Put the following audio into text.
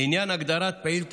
לעניין הגדרת פעיל טרור,